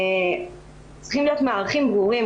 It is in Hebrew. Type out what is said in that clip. צריכים להיות מערכים ברורים,